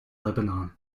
lebanon